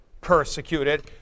persecuted